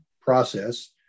process